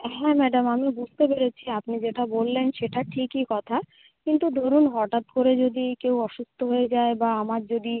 হ্যাঁ ম্যাডাম আমি বুঝতে পেরেছি আপনি যেটা বললেন সেটা ঠিকই কথা কিন্তু ধরুন হঠাৎ করে যদি কেউ অসুস্থ হয়ে যায় বা আমার যদি